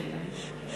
כן, במלואה.